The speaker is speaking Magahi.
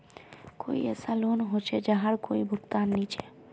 कोई ऐसा लोन होचे जहार कोई भुगतान नी छे?